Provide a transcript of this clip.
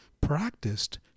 practiced